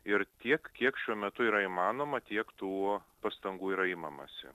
ir tiek kiek šiuo metu yra įmanoma tiek tų pastangų yra imamasi